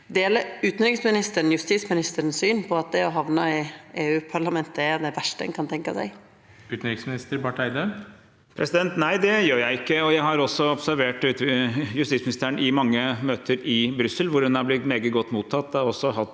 Deler utanriksministeren synet til justisministeren om at det å hamna i EU-parlamentet er det verste ein kan tenkja seg? Utenriksminister Espen Barth Eide Nei, det gjør jeg ikke. Jeg har også observert justisministeren i mange møter i Brussel, hvor hun har blitt meget godt mottatt,